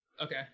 okay